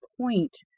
point